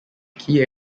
key